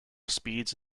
speeds